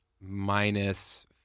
minus